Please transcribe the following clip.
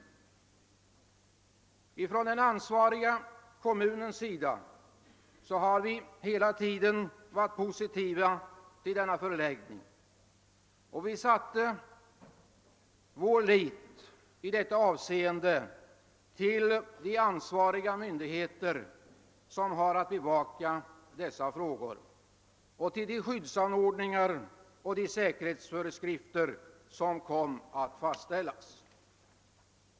Från den ansvariga kommunens sida har vi hela tiden varit positiva till denna förläggning, och vi satte vår lit i detta avseende till de ansvariga myndigheter som har att bevaka dessa angelägenheter och till de skyddsanordningar och de säkerhetsföreskrifter som kom att fastställas.